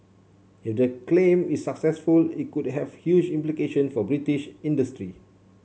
if the claim is successful it could have huge implication for British industry